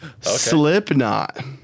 Slipknot